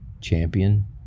champion